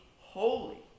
Holy